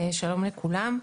שלום לכולם.